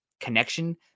connection